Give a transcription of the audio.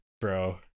bro